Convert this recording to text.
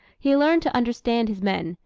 he learned to understand his men,